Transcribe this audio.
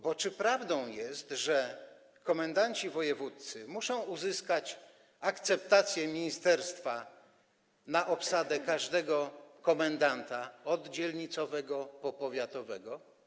Bo czy prawdą jest, że komendanci wojewódzcy muszą uzyskać akceptację ministerstwa na obsadę każdego komendanta - od dzielnicowego po powiatowego?